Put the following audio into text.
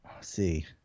see